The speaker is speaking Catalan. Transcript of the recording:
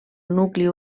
nucli